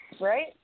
right